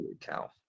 cow